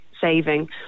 saving